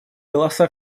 голоса